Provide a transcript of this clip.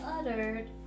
uttered